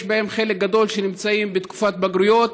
חלק גדול מהם נמצאים בתקופת בגרויות,